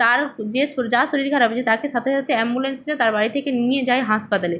তার যে শর যার শরীর খারাপ যে তাকে সাথে সাথে অ্যাম্বুলেন্স এসে তার বাড়ি থেকে নিয়ে যায় হাসপাতালে